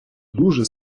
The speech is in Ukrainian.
дуже